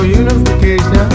unification